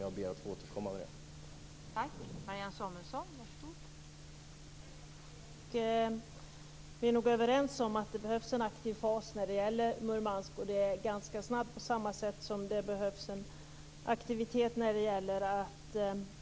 Jag ber att få återkomma med det.